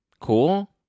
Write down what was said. cool